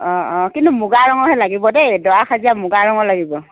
অ অ কিন্তু মুগা ৰঙৰহে লাগিব দেই দৰাসজীয়া মুগাৰঙৰ লাগিব